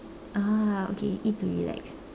ah okay eat to relax